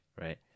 right